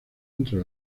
entre